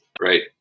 right